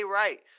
right